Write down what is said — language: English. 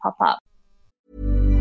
pop-up